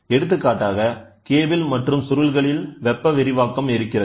எடுத்துக்காட்டாக கேபிள் மற்றும் சுருள்களில் வெப்ப விரிவாக்கம் இருக்கிறது